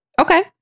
Okay